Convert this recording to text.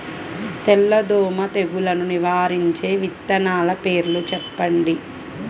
తెల్లదోమ తెగులును నివారించే విత్తనాల పేర్లు చెప్పండి?